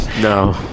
No